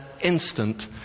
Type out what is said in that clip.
instant